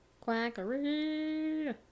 Quackery